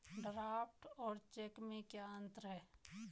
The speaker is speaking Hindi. ड्राफ्ट और चेक में क्या अंतर है?